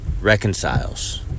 reconciles